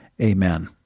Amen